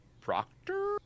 Proctor